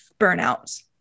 burnout